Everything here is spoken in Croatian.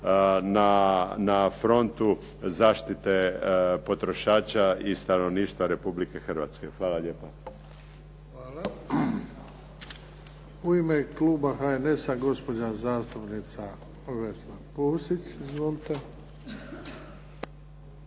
na frontu zaštite potrošača i stanovništva Republike Hrvatske. Hvala lijepa. **Bebić, Luka (HDZ)** Hvala. U ime kluba HNS-a, gospođa zastupnica Vesna Pusić. Izvolite.